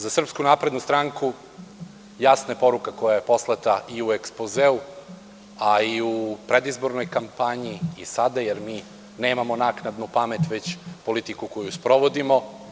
Za SNS jasna je poruka koja je poslata i u ekspozeu, a i u predizbornoj kampanji, i sada, jer mi nemamo naknadnu pamet već politiku koju sprovodimo.